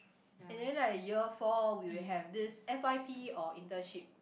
and then like year four we will have this f_y_p or internship